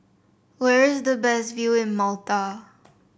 where is the best view in Malta